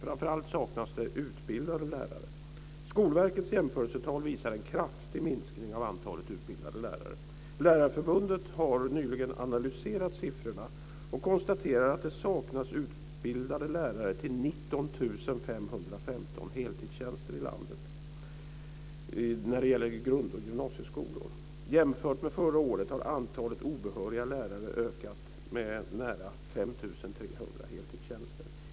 Framför allt saknas det utbildade lärare. Skolverkets jämförelsetal visar en kraftig minskning av antalet utbildade lärare. Lärarförbundet har nyligen analyserat siffrorna och konstaterar att det saknas utbildade lärare till 19 515 heltidstjänster i landet när det gäller grund och gymnasieskolor. Jämfört med förra året har antalet obehöriga lärare ökat med nära 5 300 heltidstjänster.